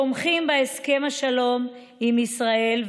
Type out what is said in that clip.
תומכים בהסכם השלום עם ישראל,